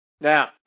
Now